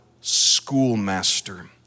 schoolmaster